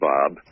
Bob